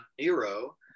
Nero